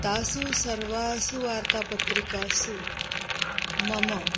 तासु सर्वासु वार्तापत्रिकासु मम